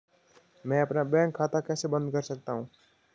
मैं अपना बैंक खाता कैसे बंद कर सकता हूँ?